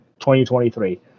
2023